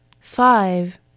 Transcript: Five